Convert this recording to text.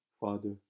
Father